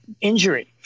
injury